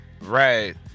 Right